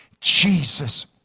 Jesus